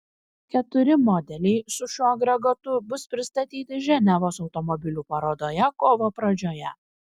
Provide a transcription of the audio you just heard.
keturi modeliai su šiuo agregatu bus pristatyti ženevos automobilių parodoje kovo pradžioje